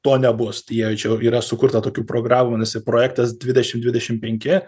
to nebus tai jie čia jau yra sukurta tokių programų vadinasi projektas dvidešimt dvidešim penki